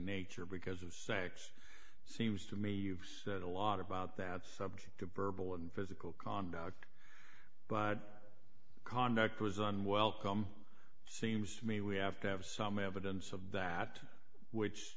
nature because of sex seems to me you've said a lot about that subject of verbal and physical conduct but conduct was unwelcome seems to me we have to have some evidence of that which